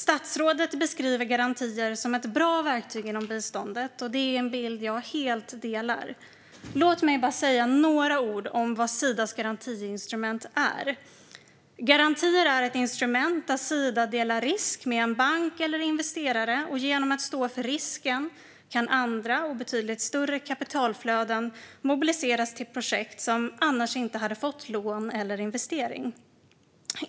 Statsrådet beskriver garantier som ett bra verktyg inom biståndet, och det är en bild jag helt delar. Låt mig bara säga några ord om vad Sidas garantiinstrument är. Garantier är ett instrument där Sida delar risk med en bank eller investerare. Genom att de står för risken kan andra och betydligt större kapitalflöden mobiliseras till projekt som annars inte hade fått lån eller investering.